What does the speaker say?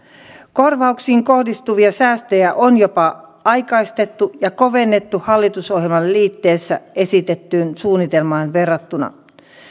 korvauksiin kohdistuvia säästöjä on jopa aikaistettu ja kovennettu hallitusohjelman liitteessä esitettyyn suunnitelmaan verrattuna